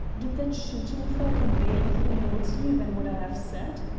did that shooting affair convey anything more to you than what i have said?